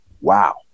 wow